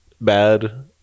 bad